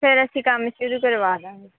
ਫੇਰ ਅਸੀਂ ਕੰਮ ਸ਼ੁਰੂ ਕਰਵਾ ਦੇਵਾਂਗੇ